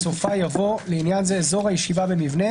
בסופה יבוא "לעניין זה אזור הישיבה במבנה"